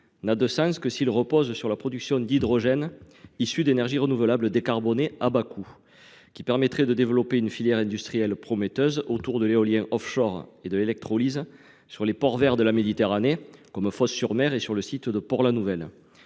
n’a de sens que si elle repose sur la production d’hydrogène issue d’énergies renouvelables décarbonées à bas coût, laquelle favoriserait le développement d’une filière industrielle prometteuse autour de l’éolien offshore et de l’électrolyse dans les ports verts de la Méditerranée, comme Fos sur Mer et Port la Nouvelle.